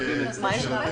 שצריך.